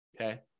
Okay